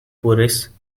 puris